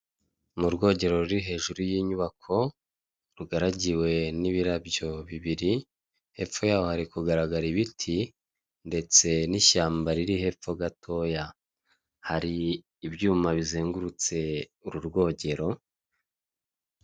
Mu rwogero ruri hejuru y'inyubako, rugaragiwe n'ibirabyo bibiri, hepfo yaho hari kugaragara ibiti ndetse n'ishyamba riri hepfo gatoya. Hari ibyuma bizengurutse uru rwogero